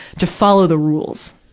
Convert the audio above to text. to follow the rules.